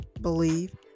believe